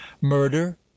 murder